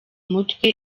umutwe